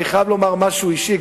אני חייב לומר משהו אישי,